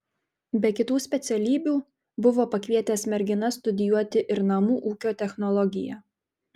be kitų specialybių buvo pakvietęs merginas studijuoti ir namų ūkio technologiją